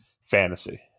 Fantasy